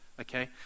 okay